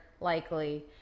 likely